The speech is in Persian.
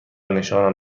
نشانم